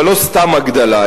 אבל לא סתם הגדלה,